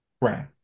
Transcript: Right